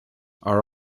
are